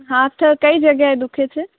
હાથ કઈ જગ્યાએ દુઃખે છે